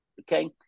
Okay